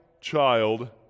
child